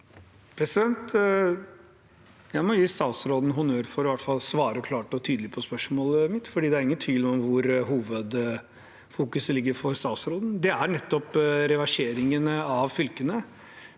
Jeg må gi statsråd- en honnør for i hvert fall å svare klart og tydelig på spørsmålet mitt, for det er ingen tvil om hvor hovedfokuset ligger for statsråden. Det er nettopp reverseringen av fylkene,